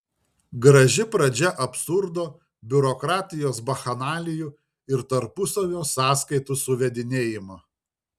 graži pradžia absurdo biurokratijos bakchanalijų ir tarpusavio sąskaitų suvedinėjimo